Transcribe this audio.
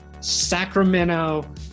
Sacramento